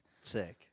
Sick